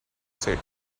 said